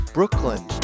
Brooklyn